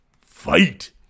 Fight